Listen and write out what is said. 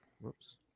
Whoops